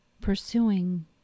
pursuing